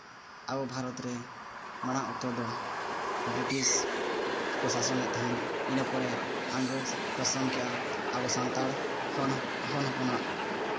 ᱟᱵᱚ ᱵᱷᱟᱨᱚᱛ ᱨᱮ ᱢᱟᱲᱟᱝ ᱩᱛᱟᱹᱨ ᱫᱚ ᱵᱨᱤᱴᱤᱥ ᱠᱚ ᱥᱟᱥᱚᱱᱮᱫ ᱛᱟᱦᱮᱫ ᱤᱱᱟᱹ ᱯᱚᱨᱮ ᱤᱝᱨᱮᱹᱡᱽ ᱠᱚ ᱥᱟᱥᱚᱱ ᱠᱮᱫᱼᱟ ᱟᱵᱚ ᱥᱟᱱᱛᱟᱲ ᱦᱚᱱ ᱦᱚᱱ ᱦᱚᱯᱚᱱᱟᱜ